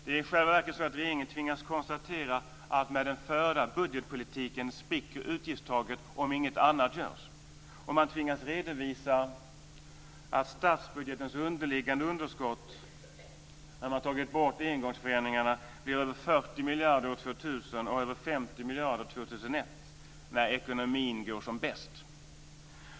Det är i själva verket så att regeringen tvingas konstatera att med den förda budgetpolitiken spricker utgiftstaket om inget annat görs. Man tvingas redovisa att statsbudgetens underliggande underskott, när engångsförändringarna tagits bort, blir över 40 miljarder år 2000 och över 50 miljarder år 2001 - när ekonomin går som bäst.